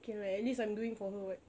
okay lah at least I'm doing for her [what]